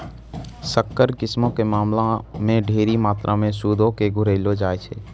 संकर किस्मो के मामला मे ढेरी मात्रामे सूदो के घुरैलो जाय छै